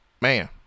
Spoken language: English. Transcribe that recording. Man